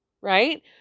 Right